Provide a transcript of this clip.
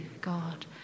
God